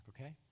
okay